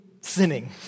sinning